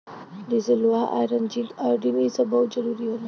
जइसे लोहा iron zinc iodine इ सब बहुत जरूरी होला